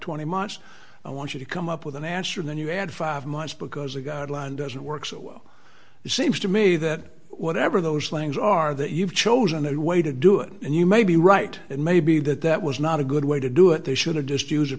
twenty months i want you to come up with an answer then you add five months because a guideline doesn't work so well it seems to me that whatever those things are that you've chosen a way to do it and you may be right it may be that that was not a good way to do it they should have just use